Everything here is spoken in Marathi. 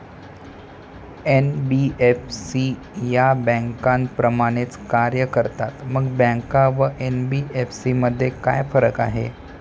एन.बी.एफ.सी या बँकांप्रमाणेच कार्य करतात, मग बँका व एन.बी.एफ.सी मध्ये काय फरक आहे?